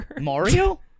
Mario